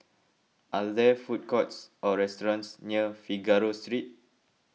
are there food courts or restaurants near Figaro Street